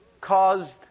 caused